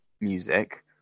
music